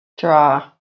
draw